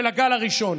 של הגל הראשון.